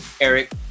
Eric